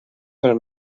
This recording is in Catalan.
pel